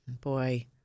boy